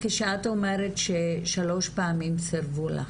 שאת אומרת ששלוש פעמים סרבו לך,